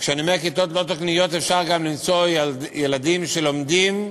וכשאני אומר "כיתות לא תקניות" אפשר גם למצוא ילדים שלומדים,